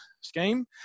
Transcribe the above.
scheme